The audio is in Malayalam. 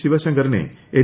ശിവശങ്കറിനെ എൻ